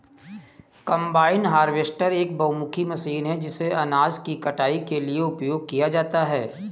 combine harvester एक बहुमुखी machine है जिसे अनाज की कटाई के लिए उपयोग किया जाता है